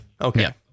Okay